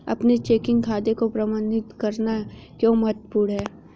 अपने चेकिंग खाते को प्रबंधित करना क्यों महत्वपूर्ण है?